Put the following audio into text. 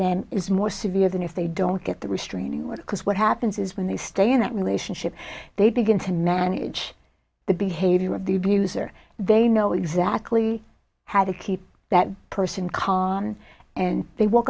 them is more severe than if they don't get the restraining order because what happens is when they stay in that relationship they begin to manage the behavior of the abuser they know exactly how to keep that person can and they w